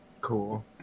Cool